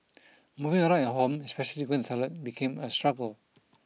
moving around at home especially going to the toilet became a struggle